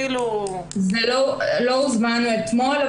כאילו --- לא הוזמנו אתמול,